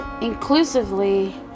inclusively